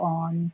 on